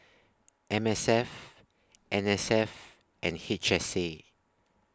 M S F N S F and H S A